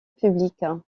publique